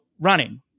Running